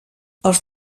els